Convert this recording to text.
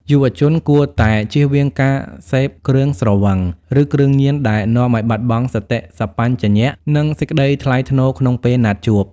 យុវជនគួរតែ "ចៀសវាងការសេពគ្រឿងស្រវឹង ឬគ្រឿងញៀន" ដែលនាំឱ្យបាត់បង់សតិសម្បជញ្ញៈ និងសេចក្ដីថ្លៃថ្នូរក្នុងពេលណាត់ជួប។